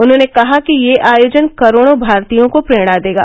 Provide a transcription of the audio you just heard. उन्होंने कहा कि यह आयोजन करोड़ों भारतीयों को प्रेरणा देगा